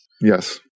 Yes